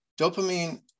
dopamine